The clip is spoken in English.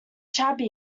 shabby